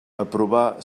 aprovar